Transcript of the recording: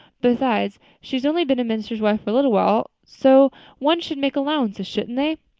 besides, she's only been a minister's wife for a little while, so one should make allowances, shouldn't they?